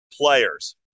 players